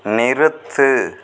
நிறுத்து